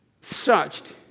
searched